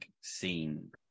scene